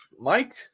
Mike